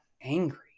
angry